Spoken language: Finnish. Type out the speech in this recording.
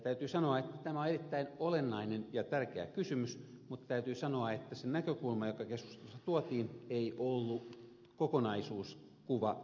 täytyy sanoa että tämä on erittäin olennainen ja tärkeä kysymys mutta täytyy sanoa että se näkökulma joka keskustelussa tuotiin ei ollut kokonaiskuva tilanteesta